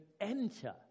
enter